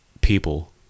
people